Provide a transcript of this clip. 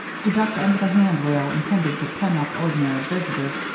he ducked under the hand rail intended to pen up ordinary visitors,